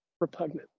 repugnant